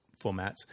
formats